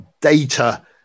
data